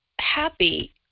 happy